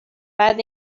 بعد